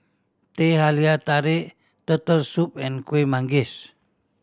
Teh Halia Tarik Turtle Soup and Kueh Manggis